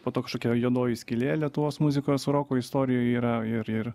po to kašokia juodoji skylė lietuvos muzikos roko istorijoj yra ir ir